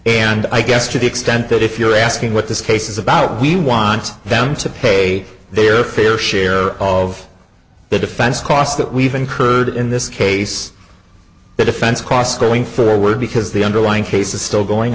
and i guess to the extent that if you're asking what this case is about we want them to pay their fair share of the defense costs that we've incurred in this case the defense costs going forward because the underlying case is still going